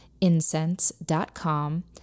incense.com